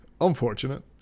unfortunate